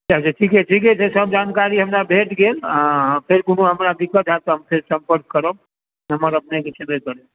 ठीके छै ठीके छै सब जानकारी हमरा भेटि गेल फेर कोनो हमरा दिक्कत होयत तऽ हम फेर संपर्क करब नंबर अपने के छेबे करै